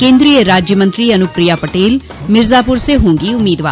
केन्द्रीय राज्यमंत्री अनुप्रिया पटेल मिर्ज़ापुर से होंगी उम्मीदवार